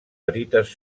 petites